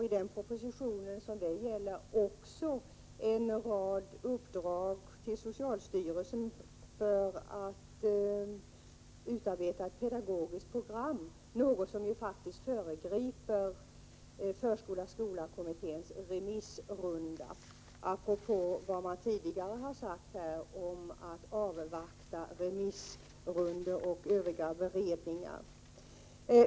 I den propositionen finns också en rad uppdrag till socialstyrelsen att utarbeta ett pedagogiskt program, något som faktiskt föregriper förskola-skolakommitténs remissrunda. Detta apropå vad man tidigare sagt här om att avvakta remissrundor och övriga beredningar.